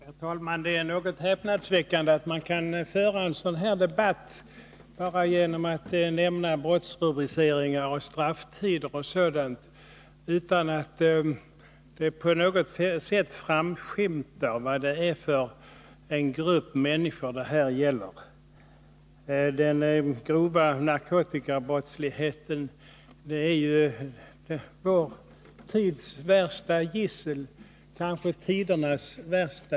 Herr talman! Det är något häpnadsväckande att man kan föra en sådan här debatt bara med användande av brottsrubriceringar, strafftider och sådant, utan att det klart anges vilken grupp människor det här gäller. Den grova narkotikabrottsligheten är ju vår tids värsta gissel, kanske tidernas värsta.